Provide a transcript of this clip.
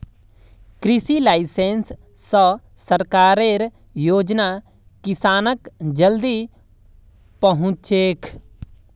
कृषि लाइसेंस स सरकारेर योजना किसानक जल्दी पहुंचछेक